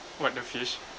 what the fish